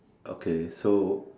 okay so